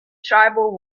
tribal